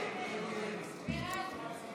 ההסתייגות.